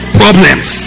problems